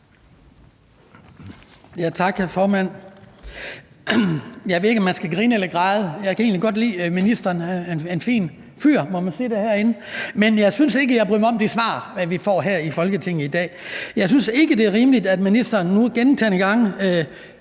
Jeg ved ikke, om man skal grine eller græde. Jeg kan egentlig godt lide ministeren, han er en fin fyr – må man sige det herinde? Men jeg synes ikke, jeg bryder mig om de svar, vi får her i Folketinget i dag. Jeg synes ikke, det er rimeligt, at ministeren nu gentagne gange